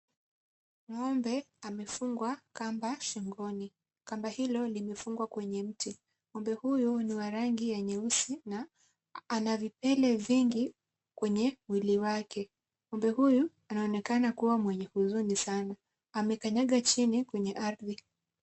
Ng'ombe amefungwa kamba shingoni. Kamba hilo limefungwa kwenye mti. Ng'ombe huyo ni wa rangi ya nyeusi na ana vipele vingi kwenye mwili wake. Ng'ombe huyu anaonekana kuwa mwenye huzuni sana. Amekanyaga chini kwenye ardhi.